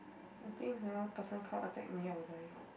I think another person come attack me I will die